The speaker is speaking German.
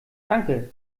danke